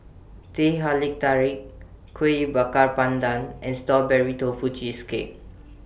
Teh Halia Tarik Kuih Bakar Pandan and Strawberry Tofu Cheesecake